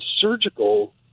surgical